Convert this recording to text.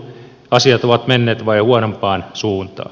asiat ovat menneet vain huonompaan suuntaan